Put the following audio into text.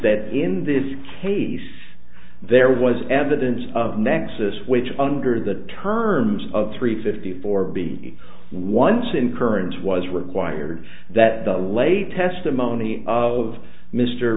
that in this case there was evidence of nexus which under the terms of three fifty four b once in currents was required that the late testimony of mr